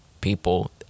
people